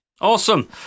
Awesome